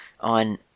on